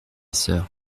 sœur